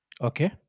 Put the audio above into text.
Okay